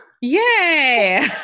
Yay